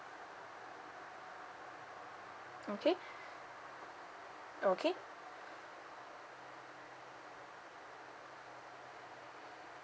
okay okay